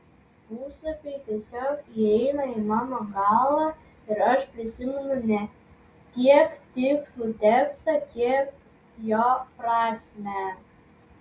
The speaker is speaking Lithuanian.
puslapiai tiesiog įeina į mano galvą ir aš prisimenu ne tiek tikslų tekstą kiek jo prasmę